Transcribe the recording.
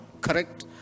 Correct